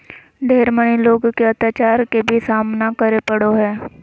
ढेर मनी लोग के अत्याचार के भी सामना करे पड़ो हय